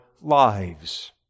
lives